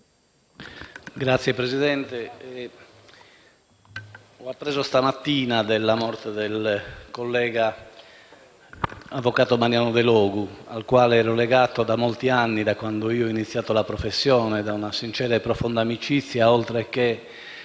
Signor Presidente, ho appresso stamattina della morte del collega avvocato Mariano Delogu, cui ero legato da molti anni - da quando ho iniziato la professione - da una sincera e profonda amicizia oltre che